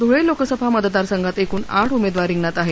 धुळे लोकसभा मतदारसंघात एकूण आठ उमेदवार रिंगणात आहेत